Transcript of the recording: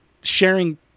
sharing